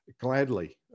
gladly